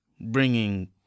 bringing